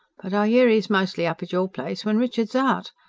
but i hear e's mostly up at your place when richard's out.